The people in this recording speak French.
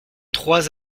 trois